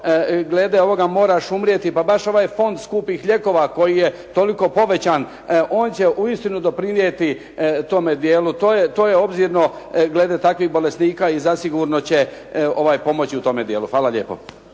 glede ovoga moraš umrijeti pa baš ovaj fond skupih lijekova koji je toliko povećan on će uistinu doprinijeti tome dijelu. To je obzirno glede takvih bolesnika i zasigurno će pomoći u tome dijelu. Hvala lijepo.